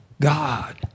God